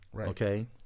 okay